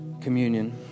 communion